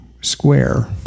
square